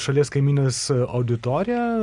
šalies kaimynės auditorija